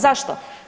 Zašto?